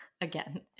again